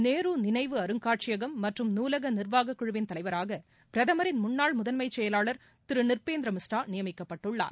நேருநினைவு அருங்காட்சியகம் மற்றும் நூலகநிர்வாககுழுவின் தலைவராகபிரதமரின் முன்னாள் முதன்மைசெயலாளர் திருநிர்பேந்திரமிஸ்ரா நியமிக்கப்பட்டுள்ளார்